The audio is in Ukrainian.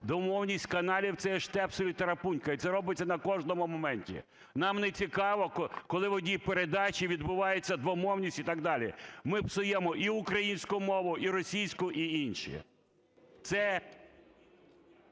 Двомовність каналів – це Штепсель і Тарапунька, і це робиться на кожному моменті. Нам не цікаво, коли в одній передачі відбувається двомовність і так далі. Ми псуємо і українську мову, і російську, і інші.